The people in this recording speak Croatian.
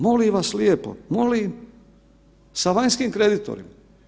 Molim vas lijepo, molim, sa vanjskim kreditorima?